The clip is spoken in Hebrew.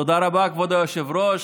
תודה רבה, כבוד היושב-ראש.